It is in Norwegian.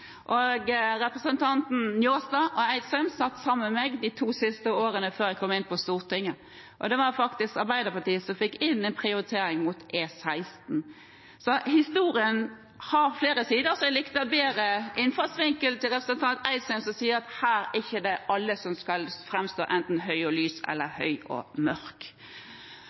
Njåstad og Eidsheim satt sammen med meg i Hordaland fylkesting de to siste årene før jeg kom inn på Stortinget, og det var faktisk Arbeiderpartiet som fikk inn en prioritering av E16. Så historien har flere sider, og jeg likte bedre innfallsvinkelen til representanten Eidsheim, som sa at her er det ingen som skal framstå «høg og mørk» – eller høy og lys. I tillegg får vi tilbakemelding fra fagetatene, og